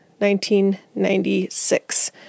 1996